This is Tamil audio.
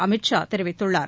அமித் ஷா தெரிவித்துள்ளார்